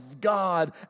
God